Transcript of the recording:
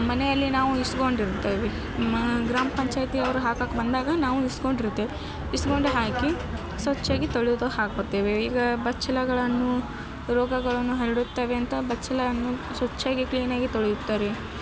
ಮನೆಯಲ್ಲಿ ನಾವು ಇಸ್ಕೊಂಡಿರ್ತೇವೆ ಮಾ ಗ್ರಾಮ ಪಂಚಾಯಿತಿಯವರು ಹಾಕಕ್ಕೆ ಬಂದಾಗ ನಾವು ಇಸ್ಕೊಂಡಿರ್ತೇವೆ ಇಸ್ಕೊಂಡು ಹಾಕಿ ಸ್ವಚ್ಛಗೆ ತೊಳೆದು ಹಾಕುತ್ತೇವೆ ಈಗ ಬಚ್ಚಲುಗಳನ್ನು ರೋಗಗಳನ್ನು ಹರಡುತ್ತವೆ ಅಂತ ಬಚ್ಚಲನ್ನು ಸ್ವಚ್ಛಾಗಿ ಕ್ಲೀನಾಗಿ ತೊಳೆಯುತ್ತಾರೆ